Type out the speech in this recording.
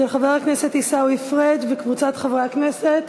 של חבר הכנסת עיסאווי פריג' וקבוצת חברי הכנסת.